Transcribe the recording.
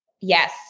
Yes